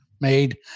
made